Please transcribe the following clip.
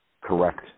correct